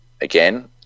Again